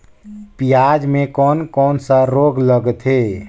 पियाज मे कोन कोन सा रोग लगथे?